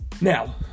Now